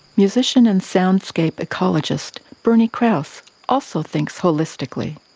musician and soundscape ecologist bernie krause also thinks holistically.